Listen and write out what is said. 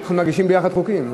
אנחנו מגישים ביחד חוקים.